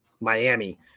Miami